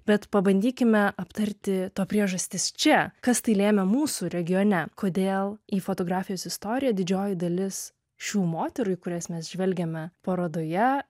bet pabandykime aptarti to priežastis čia kas tai lėmė mūsų regione kodėl į fotografijos istoriją didžioji dalis šių moterų į kurias mes žvelgiame parodoje